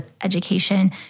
education